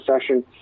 session